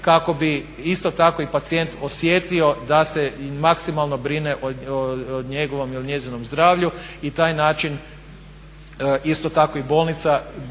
kako bi isto tako i pacijent osjetio da se i maksimalno brine o njegovom ili njezinom zdravlju i taj način isto tako i bolnica